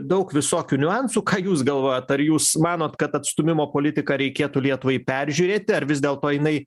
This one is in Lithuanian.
daug visokių niuansų ką jūs galvojat ar jūs manote kad atstūmimo politiką reikėtų lietuvai peržiūrėti ar vis dėlto jinai